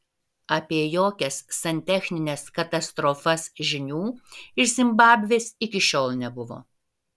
apie jokias santechnines katastrofas žinių iš zimbabvės iki šiol nebuvo